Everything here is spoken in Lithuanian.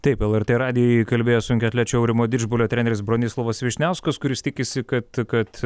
taip lrt radijui kalbėjo sunkiaatlečio aurimo didžbalio treneris bronislovas vyšniauskas kuris tikisi kad kad